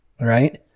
right